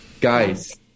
Guys